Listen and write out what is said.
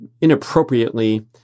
inappropriately